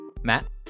Matt